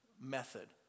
method